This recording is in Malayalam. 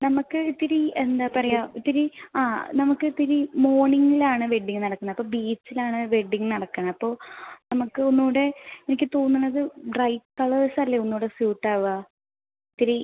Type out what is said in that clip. നമുക്ക് ഇത്തിരി എന്താ പറയാ ഇത്തിരി ആ നമുക്കിത്തിരി മോർണിംഗിലാണ് വെഡ്ഡിംഗ് നടക്കുന്നത് അപ്പോൾ ബീച്ചിലാണ് വെഡ്ഡിംഗ് നടക്കുന്നത് അപ്പോൾ നമുക്ക് ഒന്നൂടെ എനിക്ക് തോന്നണത് ഡ്രൈ കേളേഴ്സല്ലേ ഒന്നൂടെ സ്യൂട്ടാവാ ത്രീ